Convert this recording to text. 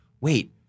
wait